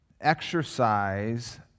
exercise